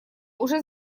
уже